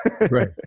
right